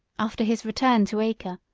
after his return to acre,